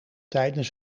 tijdens